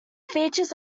features